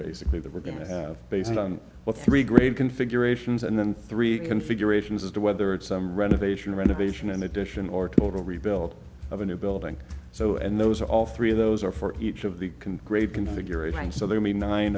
basically that we're going to have based on what three great configurations and then three configurations as to whether it's some renovation renovation in addition or total rebuild of a new building so and those are all three of those are for each of the can grade configuration so the